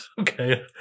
Okay